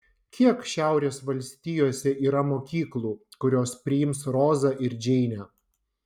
kiek šiaurės valstijose yra mokyklų kurios priims rozą ir džeinę